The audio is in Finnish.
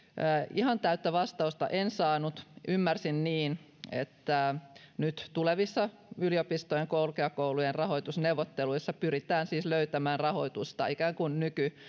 ihan täyttä vastausta en saanut ymmärsin niin että nyt tulevissa yliopistojen ja korkeakoulujen rahoitusneuvotteluissa pyritään siis löytämään rahoitusta ikään kuin